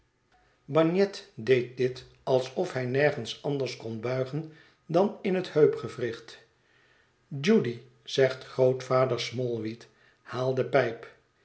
doet dit alsof hij nergens anders kon buigen dan in het heupgewricht judy zegt grootvader smallweed haal de pijp